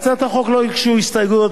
להצעת החוק לא הוגשו הסתייגויות,